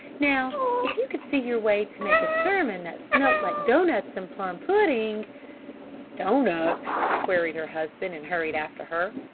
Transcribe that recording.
now if you could see your way to make a sermon that smelt like doughnuts and plum-pudding doughnuts? queried her husband and hurried after her.